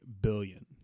billion